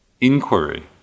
inquiry